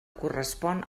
correspon